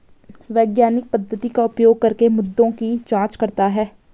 वैज्ञानिक पद्धति का उपयोग करके मुद्दों की जांच करता है